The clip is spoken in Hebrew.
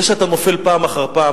זה שאתה נופל פעם אחר פעם,